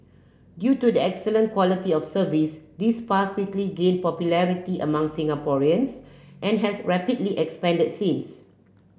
due to the excellent quality of service this spa quickly gained popularity among Singaporeans and has rapidly expanded since